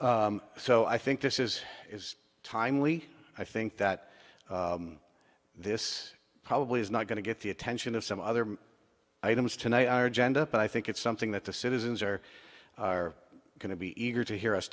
year so i think this is is timely i think that this probably is not going to get the attention of some other items tonight our agenda but i think it's something that the citizens are going to be eager to hear us